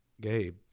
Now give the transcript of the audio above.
Gabe